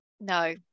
No